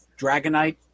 Dragonite